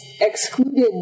excluded